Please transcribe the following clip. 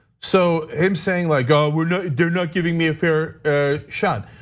so him saying like, ah well, they're not giving me a fair shot.